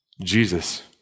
Jesus